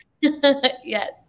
Yes